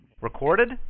Recorded